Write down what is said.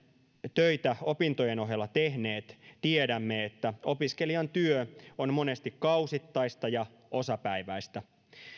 töitä opintojen ohella tehneet tiedämme että opiskelijan työ on monesti kausittaista ja osapäiväistä